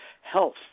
health